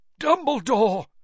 Dumbledore